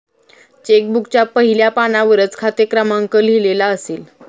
check बुकच्या पहिल्या पानावरच खाते क्रमांक लिहिलेला असेल